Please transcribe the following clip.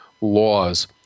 laws